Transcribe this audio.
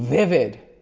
vivid.